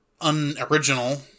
unoriginal